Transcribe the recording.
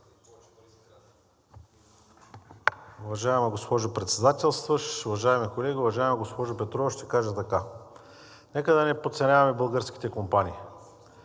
Уважаема госпожо Председател, уважаеми колеги! Уважаема госпожо Петрова, ще кажа така: нека да не подценяваме българските компании.